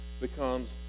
becomes